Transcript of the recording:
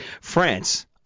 France